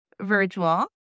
virtual